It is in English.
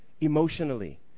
Emotionally